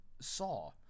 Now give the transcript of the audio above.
saw